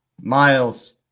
Miles